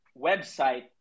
website